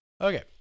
Okay